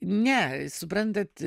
ne suprantat